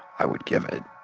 i would give it